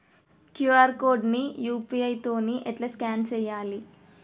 QR code ని UPI తోని ఎట్లా స్కాన్ చేయాలి?